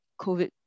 COVID